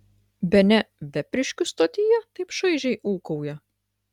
bene vepriškių stotyje taip šaižiai ūkauja